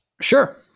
Sure